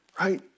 Right